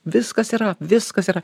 viskas yra viskas yra